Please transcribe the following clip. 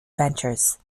ventures